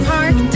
Park